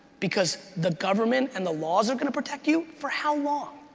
because the government and the laws are gonna protect you? for how long?